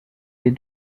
les